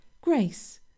grace